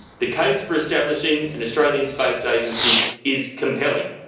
the case for establishing an australian space agency is compelling.